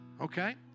okay